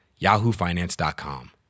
yahoofinance.com